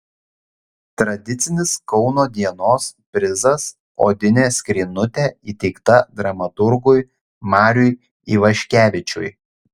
tradicinis kauno dienos prizas odinė skrynutė įteikta dramaturgui mariui ivaškevičiui